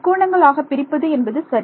முக்கோணங்கள் ஆக பிரிப்பது என்பது சரி